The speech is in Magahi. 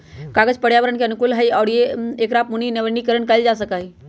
कागज पर्यावरण के अनुकूल हई और एकरा पुनर्नवीनीकरण कइल जा सका हई